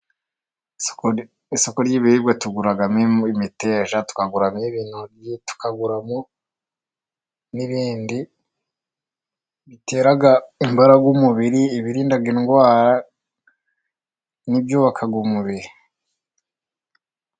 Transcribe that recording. Isoko ry'ibiribwa tuguramo imiteja, tukaguramo, intoryi, tukaguramo n'ibindi bitera imbaraga umubiri, ibirinda indwara n'ibyubaka umubiri.